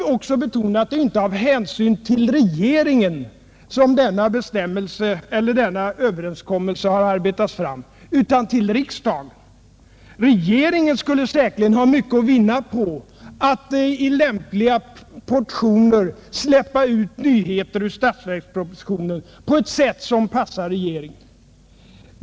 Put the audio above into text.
Jag vill betona att det inte är av hänsyn till regeringen utan till riksdagen som denna överenskommelse har arbetats fram. Regeringen skulle säkerligen ha mycket att vinna på att i lämpliga portioner släppa ut nyheter ur statsverkspropositionen på ett sätt som passar regeringen.